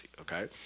okay